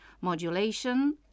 modulation